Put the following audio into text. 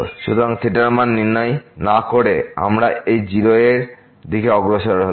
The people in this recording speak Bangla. সুতরাং থেটার মান নির্ণয় না করে আমরা এই 0 এর দিকে অগ্রসর হলাম